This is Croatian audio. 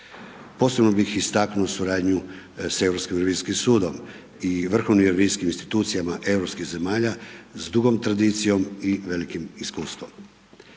Posebno bih istaknuo suradnju s Europskim revizijskim sudom i vrhovnim revizijskim institucijama europskih zemalja s dugom tradicijom i velikim iskustvom.